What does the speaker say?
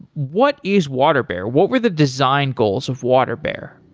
what is water bear? what were the design goals of water bear?